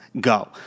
go